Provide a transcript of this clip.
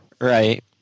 Right